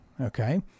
Okay